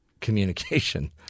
communication